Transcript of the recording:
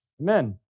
Amen